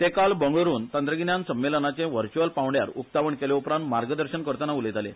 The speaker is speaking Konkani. ते काल बंगळ्रून तंत्रगिन्यान संमेलनाचे व्हर्च्य्अल पावण्यार उक्तावण केले उप्रांत मार्गदर्शन करतना उलयताले